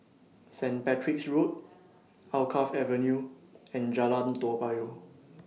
Saint Patrick's Road Alkaff Avenue and Jalan Toa Payoh